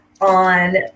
on